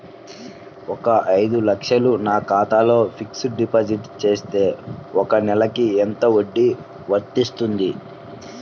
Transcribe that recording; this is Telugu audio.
ఒక ఐదు లక్షలు నా ఖాతాలో ఫ్లెక్సీ డిపాజిట్ చేస్తే ఒక నెలకి ఎంత వడ్డీ వర్తిస్తుంది?